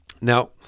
Now